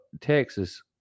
Texas